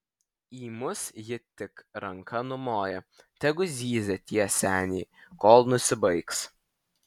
į mus ji tik ranka numoja tegu zyzia tie seniai kol nusibaigs